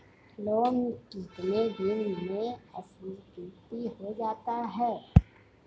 Loan कितने दिन में स्वीकृत हो जाता है?